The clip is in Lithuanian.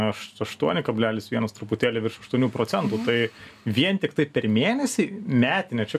aš aštuoni kablelis vienas truputėlį virš aštuonių procentų tai vien tiktai per mėnesį metinė čia